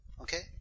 Okay